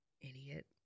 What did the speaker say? Idiot